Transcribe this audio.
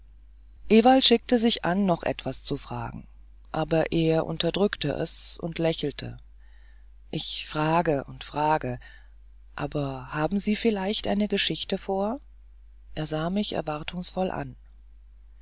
ewald schickte sich an noch etwas zu fragen aber er unterdrückte es und lächelte ich frage und frage aber sie haben vielleicht eine geschichte vor er sah mich erwartungsvoll an